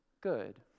good